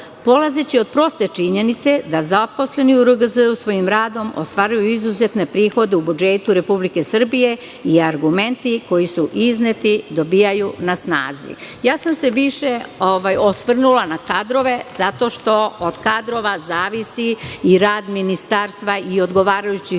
RGZ.Polazeći od proste činjenice da zaposleni u RGZ svojim radom ostvaruju izuzetne prihode u budžetu Republike Srbije i argumenti koji su izneti dobijaju na snazi. Više sam se osvrnula na kadrove, zato što od kadrova zavisi i rad ministarstva i odgovarajućih